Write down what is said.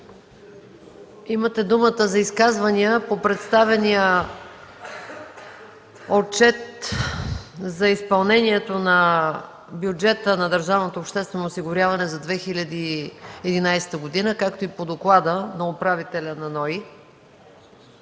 Имате думата за изказвания по представения Отчет за изпълнението на бюджета на държавното обществено осигуряване за 2011 г., както и по доклада на управителя на